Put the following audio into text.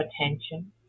attention